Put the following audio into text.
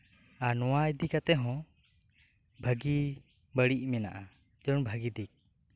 ᱟᱨ ᱱᱚᱣᱟ ᱤᱫᱤ ᱠᱟᱛᱮᱫ ᱦᱚᱸ ᱵᱷᱟᱹᱜᱤ ᱵᱟᱹᱲᱤᱡ ᱢᱮᱱᱟᱜ ᱟ ᱡᱮᱢᱚᱱ ᱵᱷᱟᱹᱜᱤ ᱫᱤᱠ